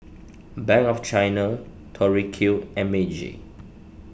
Bank of China Tori Q and Meiji